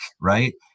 right